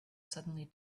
suddenly